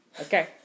okay